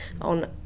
on